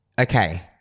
Okay